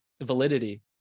validity